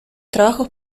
trabajos